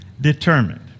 determined